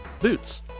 Boots